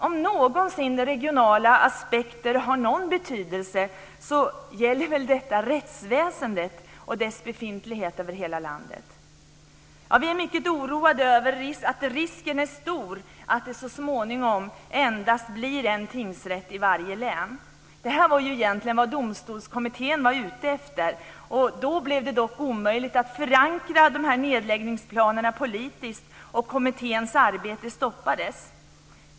Om någonsin regionala aspekter har någon betydelse gäller väl det rättsväsendet och dess befintlighet över hela landet. Vi är mycket oroade över detta. Risken är stor att det så småningom endast blir en tingsrätt i varje län. Det var egentligen vad Domstolskommittén var ute efter. Då blev det dock omöjligt att förankra nedläggningsplanerna politiskt, och kommitténs arbete stoppades.